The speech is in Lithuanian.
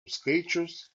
skaičius